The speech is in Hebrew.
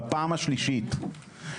בפעם השלישית.